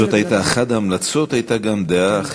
זאת הייתה אחת ההמלצות, הייתה גם דעה אחרת.